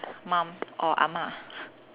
mom or ah-ma